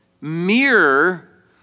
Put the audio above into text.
mirror